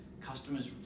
customers